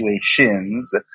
situations